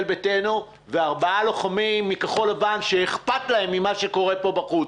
ביתנו וארבעה לוחמים מכחול לבן שאכפת להם ממה שקורה פה בחוץ.